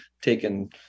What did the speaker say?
taken